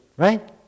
Right